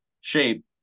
shape